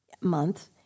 month